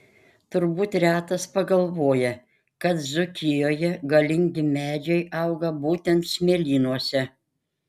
turbūt retas pagalvoja kad dzūkijoje galingi medžiai auga būtent smėlynuose